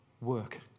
work